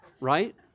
right